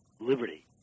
liberty